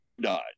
died